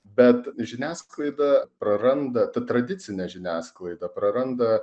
bet žiniasklaida praranda ta tradicinė žiniasklaida praranda